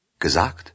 Gesagt